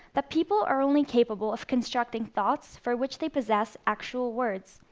that people are only capable of constructing thoughts for which they possess actual words,